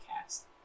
cast